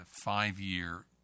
five-year